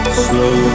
Slow